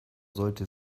sollte